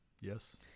Yes